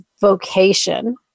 vocation